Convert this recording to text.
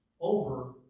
over